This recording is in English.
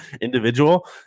individual